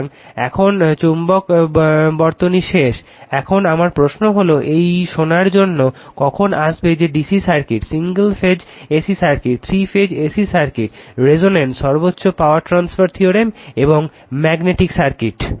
সুতরাং এখন চৌম্বক বর্তনী শেষ এখন আমার প্রশ্ন হল এই শোনার জন্য কখন আসবে যে DC circuit single phase AC circuit 3 phase AC circuit resonance সর্বোচ্চ পাওয়ার ট্রান্সফার থিওরেম এবং ম্যাগনেটিক সার্কিট